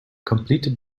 completed